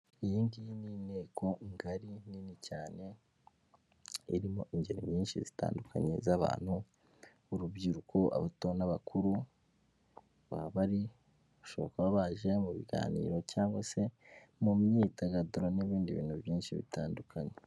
Iyi ngiyi ni inteko ngari nini cyane, irimo ingeri nyinshi zitandukanye z'abantu, urubyiruko abato n'abakuru, baba bari, bashobora kuba baje mu biganiro cyangwa se mu myidagaduro n'ibindi bintu byinshi bitandukanye.